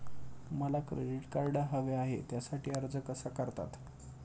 मला credit card हवे आहे त्यासाठी अर्ज कसा करतात?